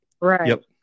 Right